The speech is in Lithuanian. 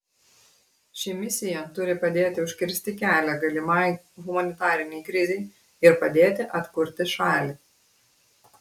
ši misija turi padėti užkirsti kelią galimai humanitarinei krizei ir padėti atkurti šalį